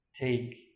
take